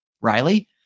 Riley